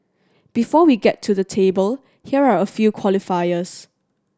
before we get to the table here are a few qualifiers